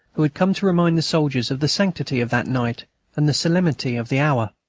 who had come to remind the soldiers of the sanctity of that night and the solemnity of the hour.